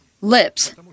lips